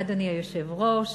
אדוני היושב-ראש,